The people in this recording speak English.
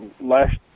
last